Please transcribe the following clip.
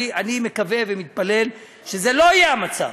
אני מקווה ומתפלל שזה לא יהיה המצב.